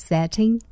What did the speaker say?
Setting